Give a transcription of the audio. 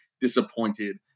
disappointed